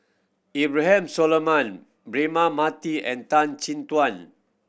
Abraham Solomon Braema Mathi and Tan Chin Tuan